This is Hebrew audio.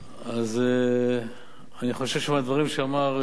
אני חושב שהדברים שאמרו שר האוצר